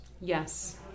Yes